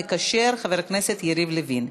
השר המקשר חבר הכנסת יריב לוין.